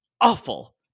awful